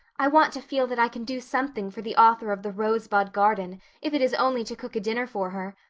i want to feel that i can do something for the author of the rosebud garden if it is only to cook a dinner for her.